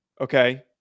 Okay